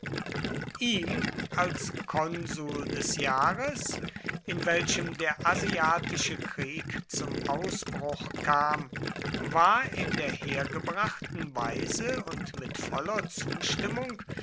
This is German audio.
ihm als konsul des jahres in welchem der asiatische krieg zum ausbruch kam war in der hergebrachten weise und mit voller zustimmung